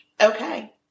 Okay